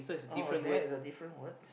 oh there is a different words